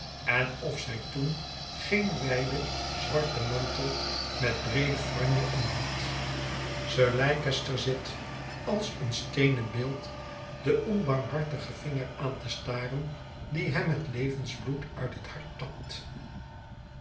en of zij toen geen wijden zwarten mantel met breede franje omhad sir leicester zit als een steenen beeld den onbarmhartigen vinger aan te staren die hem het levensbloed uit het hart